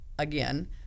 Again